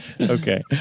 okay